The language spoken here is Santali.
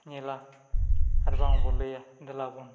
ᱧᱮᱞᱟ ᱟᱨ ᱵᱟᱝᱵᱚᱱ ᱞᱟᱹᱭᱟ ᱫᱮᱞᱟ ᱵᱚᱱ